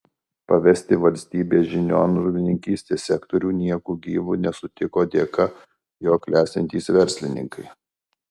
pavesti valstybės žinion žuvininkystės sektorių nieku gyvu nesutiko dėka jo klestintys verslininkai